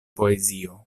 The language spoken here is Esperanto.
poezio